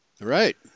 Right